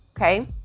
okay